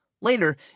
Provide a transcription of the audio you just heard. Later